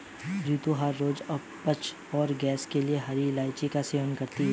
रितु हर रोज अपच और गैस के लिए हरी इलायची का सेवन करती है